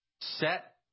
set